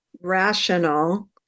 rational